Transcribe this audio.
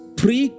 pre